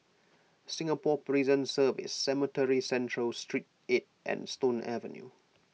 Singapore Prison Service Cemetry Central Street eight and Stone Avenue